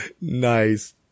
Nice